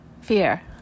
fear